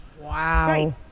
Wow